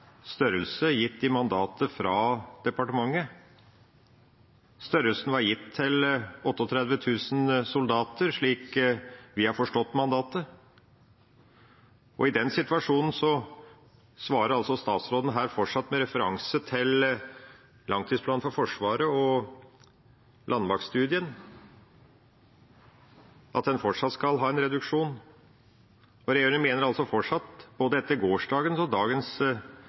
størrelse, gitt i mandatet fra departementet. Størrelsen var gitt til 38 000 soldater, slik vi har forstått mandatet. I den situasjonen svarer altså statsråden – fortsatt med referanse til langtidsplanen for Forsvaret og landmaktstudien – at en fortsatt skal ha en reduksjon. Regjeringen mener altså fortsatt både etter gårsdagen og dagens